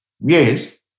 Yes